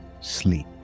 sleep